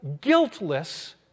guiltless